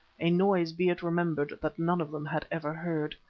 a noise, be it remembered, that none of them had ever heard.